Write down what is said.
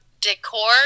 decor